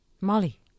Molly